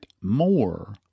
more